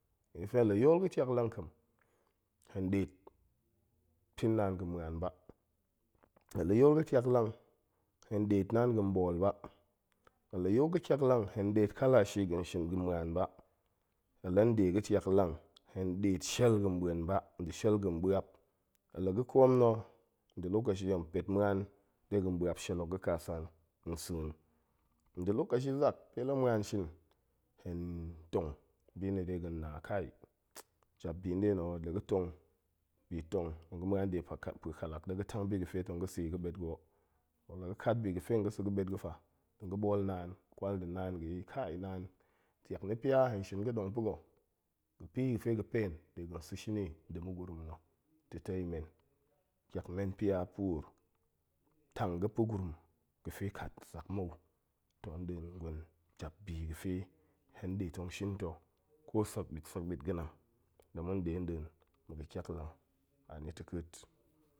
Nie ga̱fe hen la yool ga̱ ƙiaklang kam, hen ɗeet pin naan ga̱n ma̱an ba, hen ya yool ga̱ ƙiaklang, hen ɗeet naan ga̱n ɓool ba, hen la yool ga̱ ƙiaklang hen ɗeet kalashi ga̱n shin, ga̱n ma̱an ba, hen la nɗe ga̱ ƙiaklang, hen ɗeet shiel ga̱n ba̱en ba, nda̱ shiel ga̱n ɓa̱ap, hen la ga̱ ƙoom na̱, nda̱ lokashi hen pet ma̱an de ga̱n ba̱an de ga̱n ba̱ap shiel hook ga̱ ƙa san nsa̱a̱n, nda̱ lokashi zak pe la ma̱an shin, hen tong bino de ga̱n na jap bi nɗe no ho la ga̱ tong bi tong, tong ga̱ ma̱an de pue kalak ɗe ga̱ tang bi ga̱fe tong ga̱ sa̱a̱ i ga̱ ɓet ga̱ ho, toh la ga̱ kat bi ga̱fe nga̱ sa̱a̱ ga̱ ɓet ga̱ fa, tong ga̱ ɓool naan, kwal da̱ naan ga̱ yi naan ƙiak na̱ pia, hen shin ga̱dong pa̱ga̱ ga̱bi ga̱fe ga̱ pen de ga̱n sa̱a̱ shini nda̱ mugurum na̱ ta̱tai men, ƙiak men pia puur, tang ga̱ pa̱ gurum ga̱fe kat zak mou, toh an nin jap bi ga̱fe hen ɗe tong shin ta̱ ko sek ɓit, sek ɓit ga̱nang la ma̱n ɗe nɗin ma̱ ga̱ ƙiaklang, anɨta̱keet.